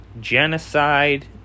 genocide